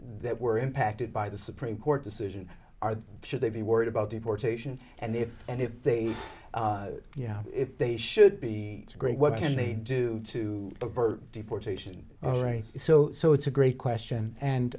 that were impacted by the supreme court decision are should they be worried about deportation and if and if they you know if they should be great what can they do to avert deportation all right so so it's a great question